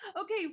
Okay